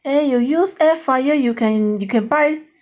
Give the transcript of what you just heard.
then you use air fryer you can you can buy